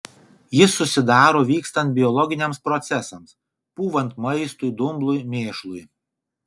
jis susidaro vykstant biologiniams procesams pūvant maistui dumblui mėšlui